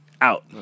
out